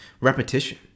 repetition